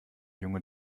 junge